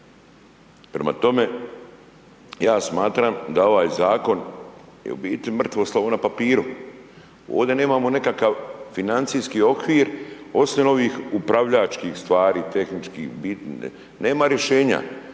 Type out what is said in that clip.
Prema tome, ja smatram da je ovaj zakon u biti mrtvo slovo na papiru, ovdje nemamo nekakav financijski okvir, osim ovih upravljačkih stvari, tehničkih …/Govornik se ne